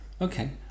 Okay